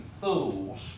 fools